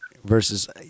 Versus